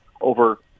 over